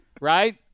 Right